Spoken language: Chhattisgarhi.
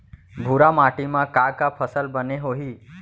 भूरा माटी मा का का फसल बने होही?